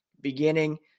beginning